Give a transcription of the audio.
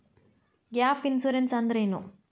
Gap insurance ಅಂದ್ರೇನು?